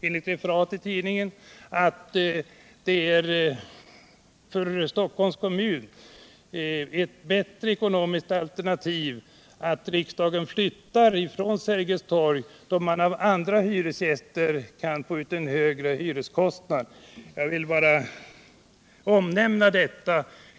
Enligt ett tidningsreferat sade borgarrådet att det är ett bättre ekonomiskt alternativ för Stockholms kommun att riksdagen flyttar från Sergels torg, så att kommunen kan ta ut en högre hyreskostnad av andra hyresgäster. Jag vill bara omnämna detta.